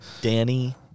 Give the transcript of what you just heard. Danny